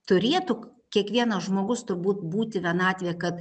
turėtų kiekvienas žmogus turbūt būti vienatvėje kad